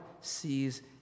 sees